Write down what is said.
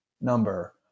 number